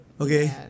okay